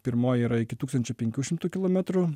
pirmoji yra iki tūkstančio penkių šimtų kilometrų